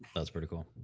that's pretty cool.